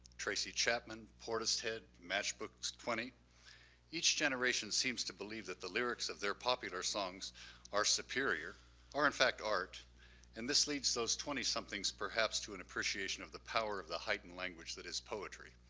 tracy chapman, portishead, matchbook twenty each generation seems to believe that the lyrics of their popular songs are superior or in fact art and this leads those twenty something's perhaps to an appreciation of the power of the heightened language that is poetry.